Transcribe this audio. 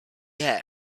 air